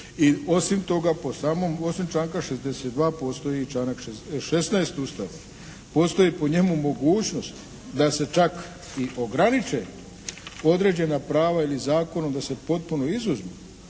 osim članka 62. postoji i članak 16. Ustava. Postoji po njemu mogućnost da se čak i ograniče određena prava ili zakonom da se potpuno izuzmu